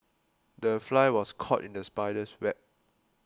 the fly was caught in the spider's web